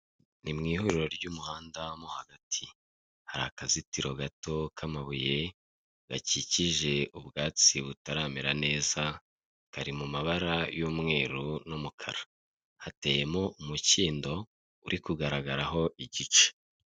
Ni mu ihuriro ry'umuhanda mo hagati, hari akazitiro gato k'amabuye, gakikije ubwatsi butaramera neza, kari mu mabara y'umweru n'umukara, hateyemo umukindo uri kugaragaraho igice.